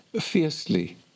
fiercely